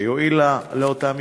שהועילה לאותן משפחות,